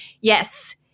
Yes